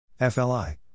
FLI